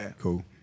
Cool